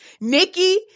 Nikki